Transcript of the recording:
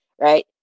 right